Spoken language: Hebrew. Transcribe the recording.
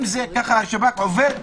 אם ככה השב"כ עובד,